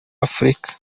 afurika